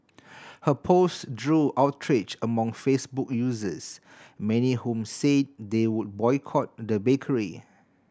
her post drew outrage among Facebook users many whom said they would boycott the bakery